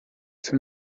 für